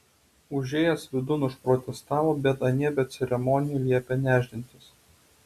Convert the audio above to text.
užėjęs vidun užprotestavo bet anie be ceremonijų liepė nešdintis